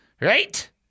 Right